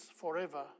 forever